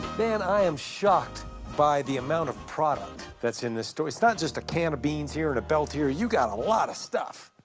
dan, i'm shocked by the amount of products in this store. it's not just a can of beans here and a belt here. you've got a lot of stuff.